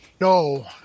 No